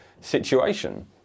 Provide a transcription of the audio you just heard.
situation